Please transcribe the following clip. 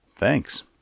Thanks